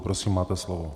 Prosím, máte slovo.